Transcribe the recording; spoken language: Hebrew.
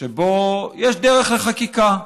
שבה יש דרך לחקיקה.